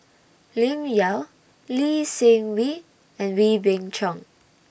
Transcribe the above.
Lim Yau Lee Seng Wee and Wee Beng Chong